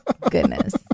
goodness